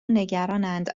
نگرانند